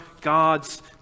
God's